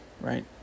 right